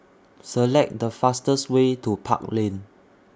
Select The fastest Way to Park Lane